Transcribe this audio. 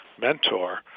mentor